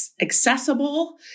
accessible